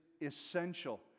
essential